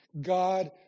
God